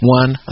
one